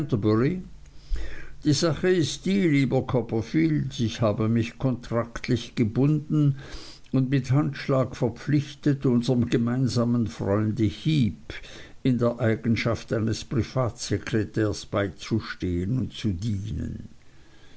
die sache ist die lieber copperfield ich habe mich kontraktlich gebunden und mit handschlag verpflichtet unserm gemeinsamen freunde heep in der eigenschaft eines privatsekretärs beizustehen und zu dienen